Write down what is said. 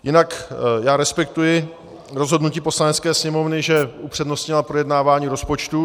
Jinak já respektuji rozhodnutí Poslanecké sněmovny, že upřednostnila projednávání rozpočtu.